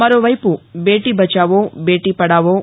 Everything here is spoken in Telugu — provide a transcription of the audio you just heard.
మరోవైపు బేటీ బచావో బేటీ పడావో